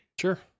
Sure